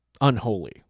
unholy